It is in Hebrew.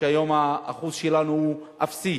שהיום האחוז שלנו בהן הוא אפסי,